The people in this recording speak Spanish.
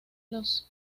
los